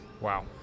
Wow